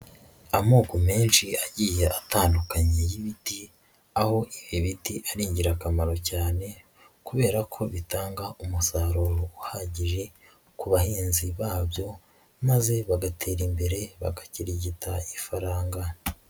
Amoko menshi agiye atandukanye y'ibiti, aho ibi biti ari ingirakamaro cyane kubera ko bitanga umusaruro uhagije ku bahinzi babyo maze bagatera imbere, bagakirigita ifaranga.